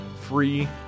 free